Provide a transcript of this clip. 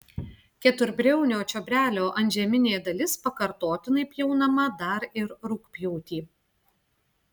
keturbriaunio čiobrelio antžeminė dalis pakartotinai pjaunama dar ir rugpjūtį